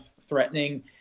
threatening